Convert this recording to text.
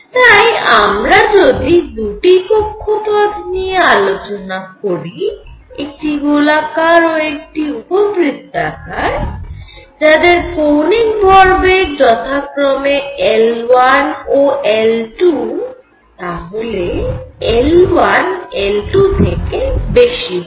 তাই আমরা যদি দুটি কক্ষপথ নিয়ে আলোচনা করি একটি গোলাকার ও আরেকটি উপবৃত্তাকার যাদের কৌণিক ভরবেগ যথাক্রমে L1 ও L2 তাহলে L1 L2থেকে বেশী হবে